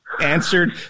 answered